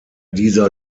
dieser